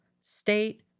state